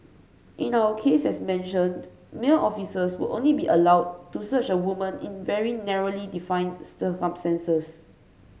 in our case as mentioned male officers will only be allowed to search a woman in very narrowly defined circumstances